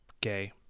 gay